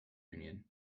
union